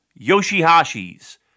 Yoshihashi's